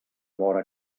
vora